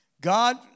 God